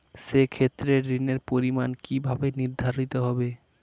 সে ক্ষেত্রে ঋণের পরিমাণ কিভাবে নির্ধারিত হবে?